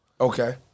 Okay